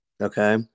Okay